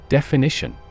Definition